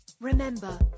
Remember